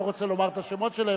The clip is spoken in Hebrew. לא רוצה לומר את השמות שלהן,